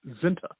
Zinta